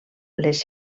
les